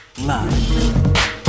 love